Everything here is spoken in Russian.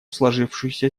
сложившуюся